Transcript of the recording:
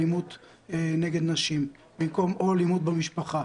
אלימות נגד נשים או אלימות במשפחה,